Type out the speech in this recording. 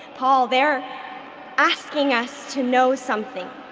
paul, they're asking us to know something.